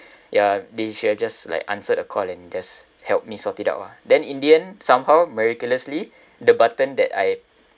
ya they should have just like answered the call and just help me sort it out lah then in the end somehow miraculously the button that I